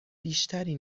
بیشتری